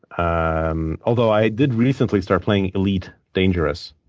um although, i did recently start playing elite dangerous,